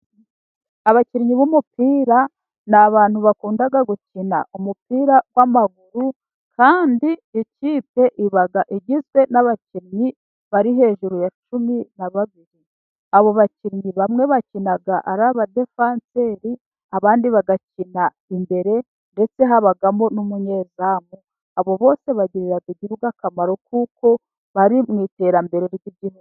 Abakinnyi b'umupira n'abantu bakunda gukina umupira w'amaguru . Kandi ikipe iba igizwe n'abakinnyi bari hejuru ya cumi na babiri, abo bakinnyi bamwe bakina araba defanseri , abandi bakina imbere ndetse habamo n'umunyezamu abo bose bagirira igihugu akamaro kuko bari mu iterambere ry'igihugu.